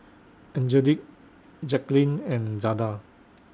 Angelic Jaclyn and Zada